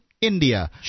India